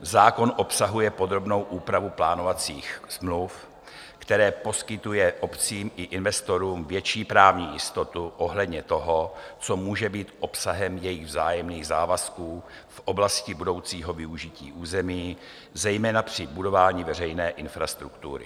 Zákon obsahuje podrobnou úpravu plánovacích smluv, která poskytuje obcím i investorům větší právní jistotu ohledně toho, co může být obsahem jejich vzájemných závazků v oblasti budoucího využití území, zejména při budování veřejné infrastruktury.